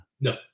no